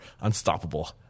unstoppable